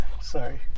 Sorry